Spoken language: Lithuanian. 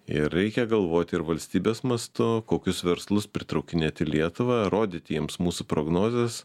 ir reikia galvoti ir valstybės mastu kokius verslus pritraukinėt į lietuvą rodyti jiems mūsų prognozes